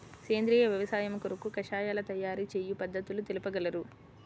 సేంద్రియ వ్యవసాయము కొరకు కషాయాల తయారు చేయు పద్ధతులు తెలుపగలరు?